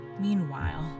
Meanwhile